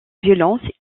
violence